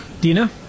Dina